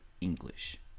English